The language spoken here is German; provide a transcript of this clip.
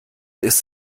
isst